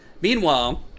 Meanwhile